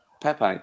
Pepe